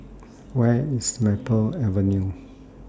Where IS Maple Avenue